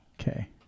Okay